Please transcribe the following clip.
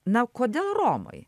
na kodėl romai